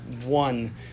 one